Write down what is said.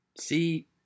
see